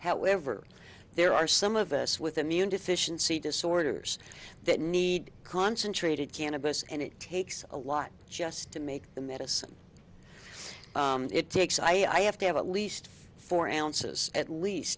however there are some of us with immune deficiency disorders that need concentrated cannabis and it takes a lot just to make the medicine it takes i have to have at least four ounces at least